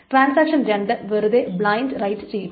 transaction 2 വെറുതെ blind write ചെയ്യും